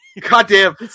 Goddamn